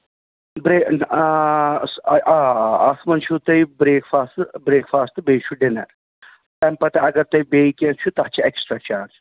بیٚیہِ آ آ آ اَتھ منٛز چھُو تۄہہِ برٛیک فاسٹہٕ برٛیک فاسٹہٕ بیٚیہِ چھُ ڈِنر تَمہِ پَتہٕ اَگر تۄہہِ بیٚیہِ کیٚنٛہہ چھُ تَتھ چھُ اٮ۪کٔسٹرا چارٕجِز